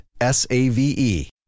S-A-V-E